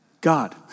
God